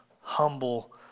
humble